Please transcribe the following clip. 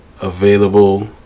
Available